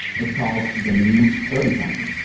it's called the new thirty something.